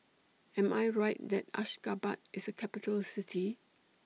Am I Right that Ashgabat IS A Capital City